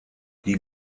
die